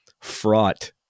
fraught